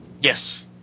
Yes